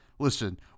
Listen